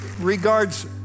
regards